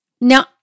Now